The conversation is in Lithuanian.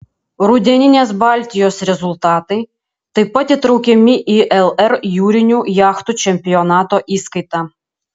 rudeninės baltijos rezultatai taip pat įtraukiami į lr jūrinių jachtų čempionato įskaitą